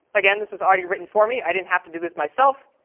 again, this was already written for me. i didn't have to do this myself,